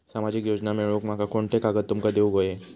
सामाजिक योजना मिलवूक माका कोनते कागद तुमका देऊक व्हये?